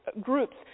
groups